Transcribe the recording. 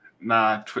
Nah